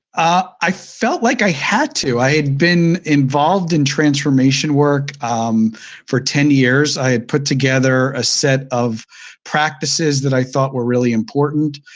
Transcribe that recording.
i felt like i had to. i had been involved in transformation work for ten years. i had put together a set of practices that i thought were really important.